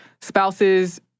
Spouses